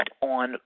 on